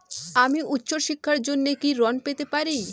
আমি উচ্চশিক্ষার জন্য কি ঋণ পেতে পারি?